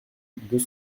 deux